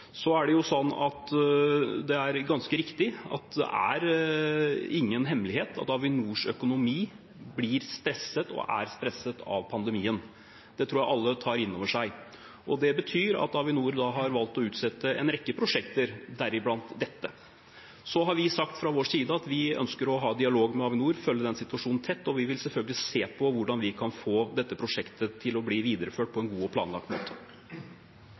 Det er ganske riktig ingen hemmelighet at Avinors økonomi blir stresset og er stresset av pandemien. Det tror jeg alle tar innover seg. Det betyr at Avinor har valgt å utsette en rekke prosjekter, deriblant dette. Så har vi sagt fra vår side at vi ønsker å ha dialog med Avinor og følge den situasjonen tett, og vi vil selvfølgelig se på hvordan vi kan få videreført dette prosjektet på en god og planlagt måte.